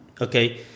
okay